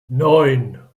neun